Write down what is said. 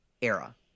era